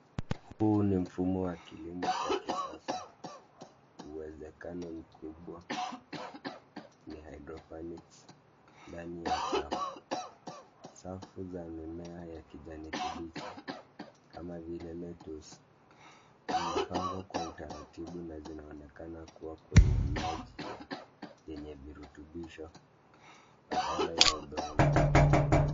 Huu ni mfumo wa kilimo cha kisasa, uwezekano mkubwa ni hydoponics ndani ya chafu. Safu za mimea ya kijani kibichi kama vile lettuce zimepangwa kwa utaratibu na zinaonekana kuwa kwenye maji yenye virutubisho badala ya udongo.